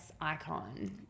icon